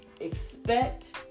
expect